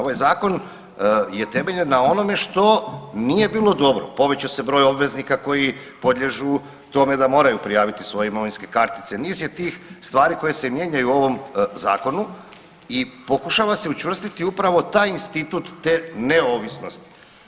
Ovaj zakon je temeljen na onome što nije bilo dobro, povećao se broj obveznika koji podliježu tome da moraju prijaviti svoje imovinske kartice, niz je tih stvari koji se mijenjaju u ovom zakonu i pokušava se učvrstiti upravo taj institut te neovisnosti.